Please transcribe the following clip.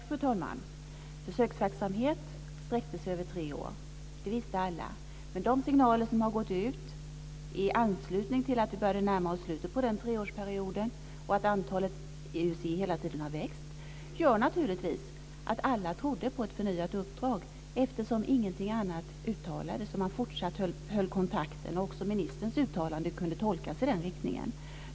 Fru talman! Försöksverksamheten sträckte sig över tre år. Det visste alla, men de signaler som har gått ut i anslutning till att vi började närma oss slutet på den treårsperioden och att antalet IUC:n hela tiden har växt gjorde naturligtvis att alla trodde på ett förnyat uppdrag. Ingenting annat uttalades, och man höll fortsatt kontakt. Också ministerns uttalanden kunde tolkas i den riktningen.